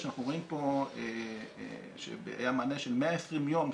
אנחנו רואים פה שהיה מענה של 120 יום,